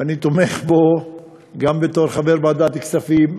ואני תומך בו גם בתור חבר ועדת הכספים,